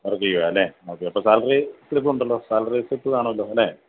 work ചെയ്യുകയാണ് അല്ലേ okay അപ്പോൾ സാലറി സ്ലിപ്പ് ഉണ്ടല്ലോ സാലറി സ്ലിപ്പ് കാണുമല്ലോ അല്ലേ